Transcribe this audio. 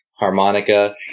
harmonica